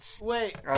Wait